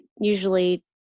usually